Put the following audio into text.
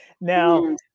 now